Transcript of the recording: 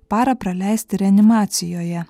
parą praleisti reanimacijoje